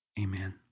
amen